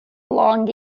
long